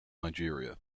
nigeria